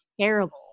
terrible